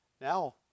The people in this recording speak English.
Now